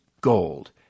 gold